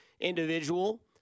individual